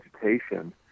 vegetation